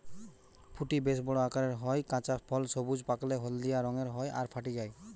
ফুটি বেশ বড় আকারের হয়, কাঁচা ফল সবুজ, পাকলে হলদিয়া রঙের হয় আর ফাটি যায়